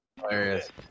hilarious